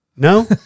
No